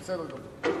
בסדר גמור.